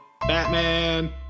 Batman